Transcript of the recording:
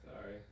Sorry